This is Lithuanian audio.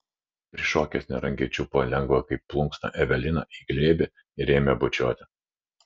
prišokęs nerangiai čiupo lengvą kaip plunksną eveliną į glėbį ir ėmė bučiuoti